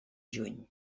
juny